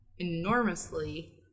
enormously